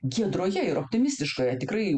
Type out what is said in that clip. giedroje ir optimistiškoje tikrai